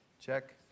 Check